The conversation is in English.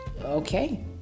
okay